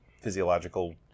physiological